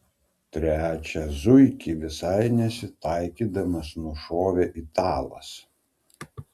trečią zuikį visai nesitaikydamas nušovė italas